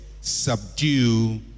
Subdue